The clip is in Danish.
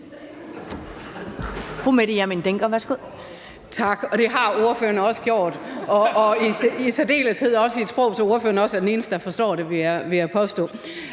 Tak, og det har ordføreren også gjort, og i særdeleshed også i et sprog, så ordføreren også er den eneste, der forstår det, vil jeg påstå.